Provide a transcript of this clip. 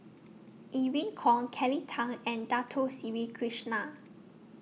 Irene Khong Kelly Tang and Dato Sri Krishna